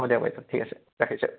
হ'ব দিয়ক বাইদেউ ঠিক আছে ৰাখিছো